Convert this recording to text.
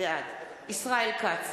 בעד ישראל כץ,